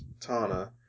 Tana